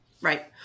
Right